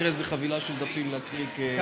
תראה איזו חבילה של דפים להקריא להצבעה.